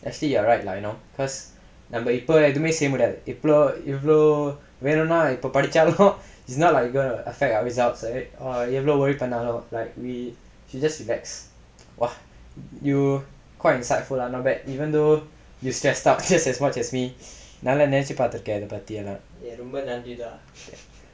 actually you are right lah you know cause நம்ம இப்ப எதுமே செய்ய முடியாது இப்ளோ இவ்ளோ வேனுனா இப்ப படிச்சாலும்:namma ippa ethumae seyya mudiyathu iplo ivlo venunaa ippa padichaalum it's not like gonna affect our results right எவ்ளோ:evlo worry பன்லாலும்:panlaalum like we should just relax !wah! you quite insightful lah not bad even though you stressed out just as much as me நானெல்லாம் நெனச்சு பாத்துருக்கேன் இத பத்தி யெல்லாம்:naanellam nenachu paathurukkaen itha paththi yellaam